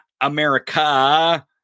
America